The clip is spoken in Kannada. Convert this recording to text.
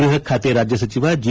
ಗೃಹ ಖಾತೆ ರಾಜ್ಯ ಸಚಿವ ಜಿ